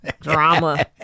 Drama